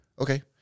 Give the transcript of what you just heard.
Okay